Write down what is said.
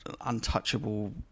untouchable